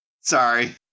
Sorry